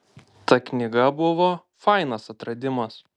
ta knyga buvo fainas atradimas